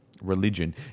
religion